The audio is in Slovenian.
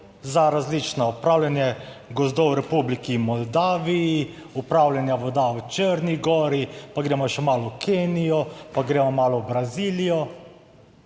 Za različna upravljanje gozdov v Republiki Moldaviji, upravljanja voda v Črni Gori, pa gremo še malo v Kenijo, pa gremo malo v Brazilijo.